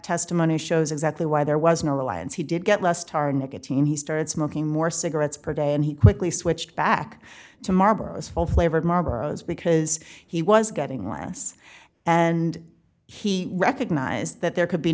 testimony shows exactly why there was no reliance he did get less tar and nicotine he started smoking more cigarettes per day and he quickly switched back to marlboro as full flavored marlboros because he was getting less and he recognized that there could